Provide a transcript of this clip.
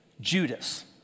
Judas